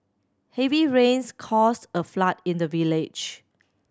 heavy rains caused a flood in the village